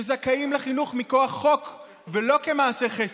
שזכאים לחינוך מכוח חוק ולא כמעשה חסד,